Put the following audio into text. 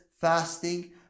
fasting